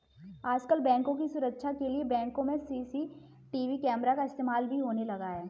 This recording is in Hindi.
आजकल बैंकों की सुरक्षा के लिए बैंकों में सी.सी.टी.वी कैमरा का इस्तेमाल भी होने लगा है